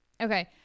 Okay